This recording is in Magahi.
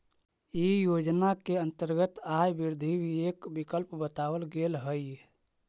इ योजना के अंतर्गत आय वृद्धि भी एक विकल्प बतावल गेल हई